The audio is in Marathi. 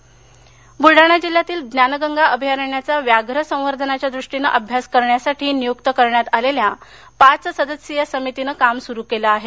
ज्ञानगंगा अभयारण्य बुलडाणा बुलडाणा जिल्हयातील ज्ञानगंगा अभयारण्याचा व्याघ्र संवर्धनाच्या दृष्टीने अभ्यास करण्यासाठी नियुक्त करण्यात आलेल्या पाच सदस्यीय समितीनं काम सुरू केलं आहे